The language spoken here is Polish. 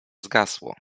zgasło